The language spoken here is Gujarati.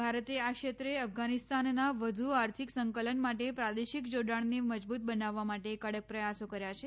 ભારતે આ ક્ષેત્રે અફઘાનિસ્તાનના વધુ આર્થિક સંકલન માટે પ્રાદેશિક જોડાણને મજબૂત બનાવવા માટે કડક પ્રયાસો કર્યા છે